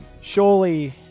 Surely